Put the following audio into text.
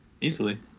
Easily